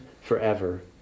forever